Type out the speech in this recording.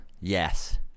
Yes